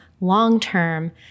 long-term